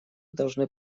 должны